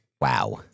Wow